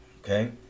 okay